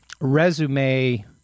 resume